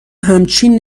همچین